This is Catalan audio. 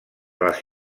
les